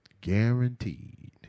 Guaranteed